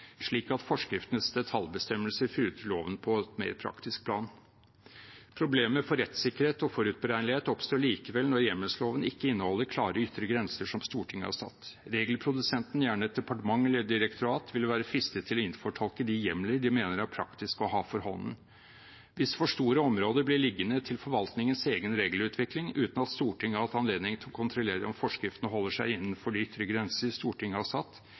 slik at forskriftenes detaljbestemmelser fyller ut loven på et mer praktisk plan. Problemet for rettssikkerhet og forutberegnelighet oppstår likevel når hjemmelsloven ikke inneholder klare ytre grenser som Stortinget har satt. Regelprodusenten, gjerne et departement eller direktorat, vil være fristet til å innfortolke de hjemler de mener er praktiske å ha for hånden. Hvis for store områder blir liggende til forvaltningens egen regelutvikling, uten at Stortinget har hatt anledning til å kontrollere om forskriftene holder seg innenfor de ytre grenser Stortinget har satt,